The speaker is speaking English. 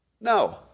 No